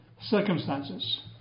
circumstances